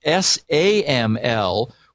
SAML